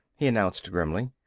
he announced grimly.